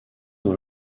dans